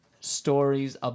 stories